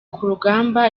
kurugamba